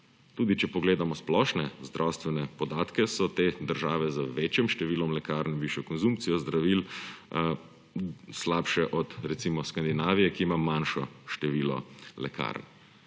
Tudi če pogledamo splošne zdravstvene podatke, so te države z večjim številom lekarn, višjo konsumpcijo zdravil, slabše od, recimo, Skandinavije, ki ima manjše število lekarn.